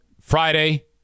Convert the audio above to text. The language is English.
Friday